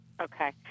Okay